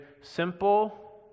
simple